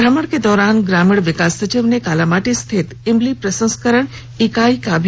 भ्रमण के दौरान ग्रामीण विकास सचिव ने कालामाटी स्थित इमली प्रसंस्करण इकाई का भी निरीक्षण किया